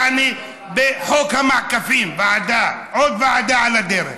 יעני, בחוק המעקפים, עוד ועדה על הדרך.